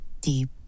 deep